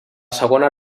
segona